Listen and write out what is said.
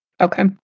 Okay